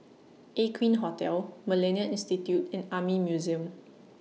Aqueen Hotel Millennia Institute and Army Museum